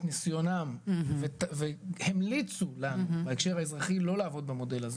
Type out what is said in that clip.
ניסיונם והמליצו לנו בהקשר האזרחי לא לעבוד במודל הזה.